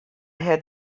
had